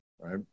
right